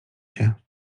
się